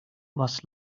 was